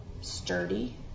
sturdy